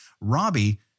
Robbie